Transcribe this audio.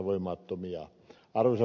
arvoisa puhemies